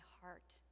heart